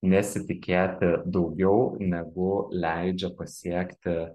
nesitikėti daugiau negu leidžia pasiekti